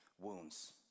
wounds